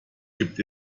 gibt